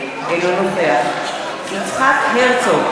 אינו נוכח יצחק הרצוג,